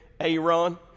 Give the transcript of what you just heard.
Aaron